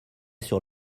sur